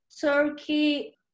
Turkey